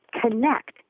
connect